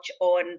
on